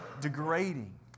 degrading